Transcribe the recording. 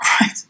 Right